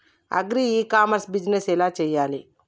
Agri e commerce business ఎలా చెయ్యాలి?